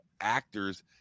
actors